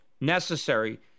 necessary